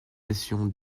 essayons